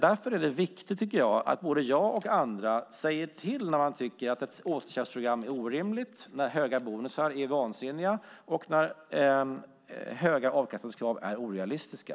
Därför är det viktigt, tycker jag, att både jag och andra säger till när vi tycker att ett återköpsprogram är orimligt, när höga bonusar är vansinniga och när höga avkastningskrav är orealistiska.